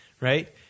Right